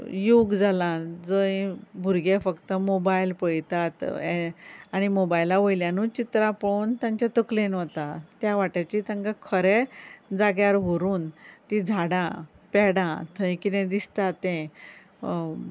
योग जाला जंय भुरगे फक्त मोबायल पळयतात हें आनी मोबायला वयल्यानच चित्रां पळोवन तांच्या तकलेंत वतात त्या वाट्याची तांकां खरें जाग्यार व्हरून तीं झाडां पेडां थंय कितें दिसता तें